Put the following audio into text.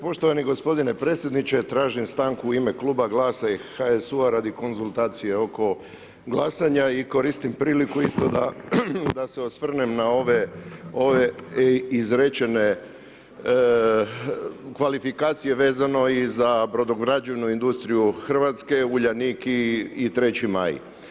Poštovani gospodine predsjedniče, tražim stanku u ime kluba GLAS-a i HSU radi konzultacije oko glasanja i koristim priliku isto da se osvrnem na ove izrečene kvalifikacije vezano i za brodograđevnu industriju Hrvatske Uljanik i Treći Maj.